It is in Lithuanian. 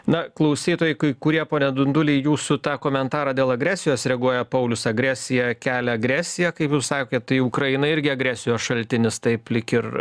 na klausytojai kai kurie pone dunduli jūsų tą komentarą dėl agresijos reaguoja paulius agresija kelia agresiją kaip jūs sakėt tai ukraina irgi agresijos šaltinis taip lyg ir